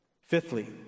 Fifthly